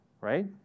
right